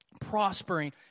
prospering